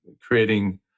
creating